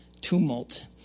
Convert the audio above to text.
tumult